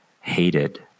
hated